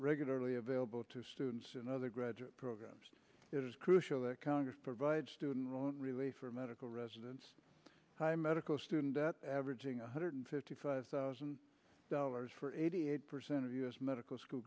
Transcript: regularly available to students and other graduate programs it is crucial that congress provide student loan relief for medical residents high medical student debt averaging one hundred fifty five thousand dollars for eighty eight percent of u s medical school